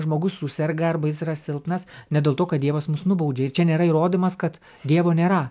žmogus suserga arba jis yra silpnas ne dėl to kad dievas mus nubaudžia ir čia nėra įrodymas kad dievo nėra